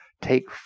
take